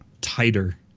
tighter